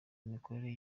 imikorere